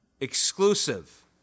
Exclusive